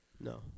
No